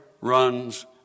runs